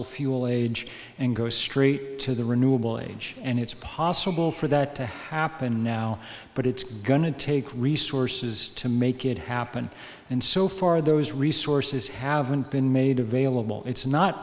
fossil fuel age and go straight to the renewable age and it's possible for that to happen now but it's going to take resources to make it happen and so far those resources haven't been made available it's not